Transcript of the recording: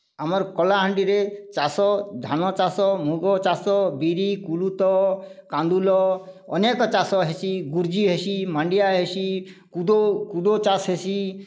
ଆମର କଳାହାଣ୍ଡିରେ ଚାଷ ଧାନ ଚାଷ ମୁଗ ଚାଷ ବିରି କୁଲୁଥ କାନ୍ଦୁଲ ଅନେକ ଚାଷ ହେସି ଗୁର୍ଜୀ ହେସି ମାଣ୍ଡିଆ ହେସି କୁଦୋ କୁଦୋ ଚାଷ୍ ହେସି